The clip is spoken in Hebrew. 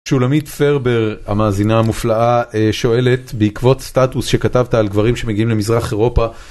שולמית פרבר המאזינה המופלאה שואלת בעקבות סטטוס שכתבת על גברים שמגיעים למזרח אירופה